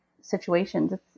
situations